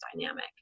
dynamic